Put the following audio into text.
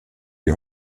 die